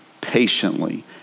patiently